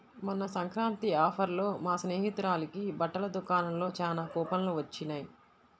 మొన్న సంక్రాంతి ఆఫర్లలో మా స్నేహితురాలకి బట్టల దుకాణంలో చానా కూపన్లు వొచ్చినియ్